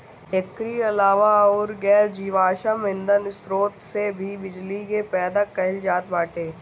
एकरी अलावा अउर गैर जीवाश्म ईधन स्रोत से भी बिजली के पैदा कईल जात बाटे